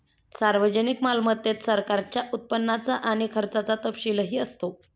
सार्वजनिक मालमत्तेत सरकारच्या उत्पन्नाचा आणि खर्चाचा तपशीलही असतो